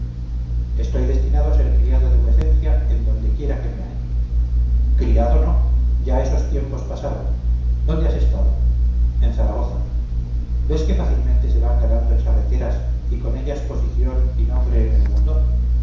estoy destinado a ser criado de vuecencia en donde quiera que me halle criado no ya esos tiempos pasaron dónde has estado en zaragoza ves qué fácilmente se van ganando charreteras y con ellas posición y nombre en el mundo